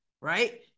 right